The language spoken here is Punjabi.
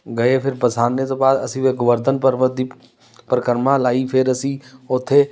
ਗਏ ਫਿਰ ਬਰਸਾਨੇ ਤੋਂ ਬਾਅਦ ਅਸੀਂ ਗੋਵਰਧਨ ਪਰਬਤ ਦੀ ਪਰਿਕਰਮਾ ਲਾਈ ਫਿਰ ਅਸੀਂ ਉੱਥੇ